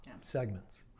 segments